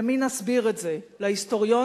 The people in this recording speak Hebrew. למי נסביר את זה, להיסטוריונים?